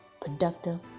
productive